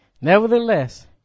Nevertheless